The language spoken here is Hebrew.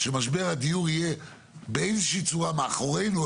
שמשבר הדיור יהיה באיזושהי צורה מאחורינו,